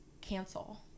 cancel